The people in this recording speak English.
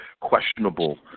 questionable